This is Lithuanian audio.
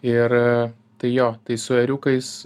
ir tai jo tai su ėriukais